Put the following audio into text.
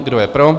Kdo je pro?